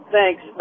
Thanks